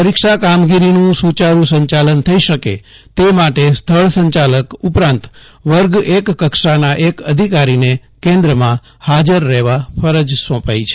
પરીક્ષા કામગીરીનું સુચારુ સંચાલન થઈ શકે તે માટે સ્થળ સંચાલક ઉપરાંત વર્ગ એક કક્ષાના એક અધિકારીને કેન્દ્રમાં હાજર રહેવા ફરજ સોંપાઇ છે